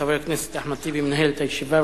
חבר הכנסת אחמד טיבי מנהל את הישיבה,